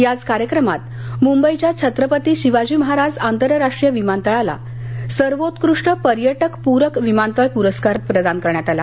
याच कार्यक्रमात मुंबईच्या छत्रपती शिवाजी महाराज आंतरराष्ट्रीय विमानतळाला सर्वोत्कृष्ट पर्यटकप्रक विमानतळ प्रस्कार प्रदान करण्यात आला